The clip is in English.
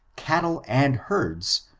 cattle, and herds,